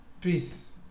peace